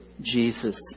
Jesus